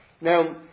Now